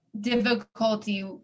difficulty